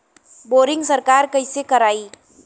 Boring सरकार कईसे करायी?